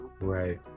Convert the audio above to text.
Right